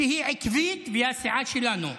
שהיא עקבית, והיא הסיעה שלנו.